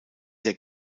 der